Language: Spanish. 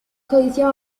codicia